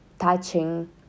touching